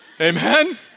Amen